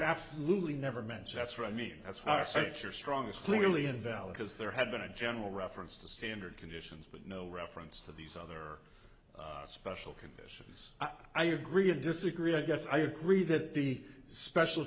absolutely never meant so that's what i mean that's our sector strong is clearly invalid as there had been a general reference to standard conditions but no reference to these other special conditions i agree or disagree i guess i agree that the special